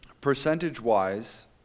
percentage-wise